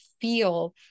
feel